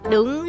Đúng